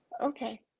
okay